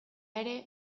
ere